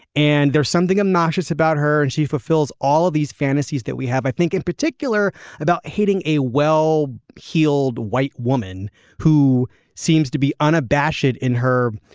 and there's something obnoxious about her and she fulfills all of these fantasies that we have i think in particular about hitting a well heeled white woman who seems to be unabashed in her.